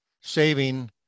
saving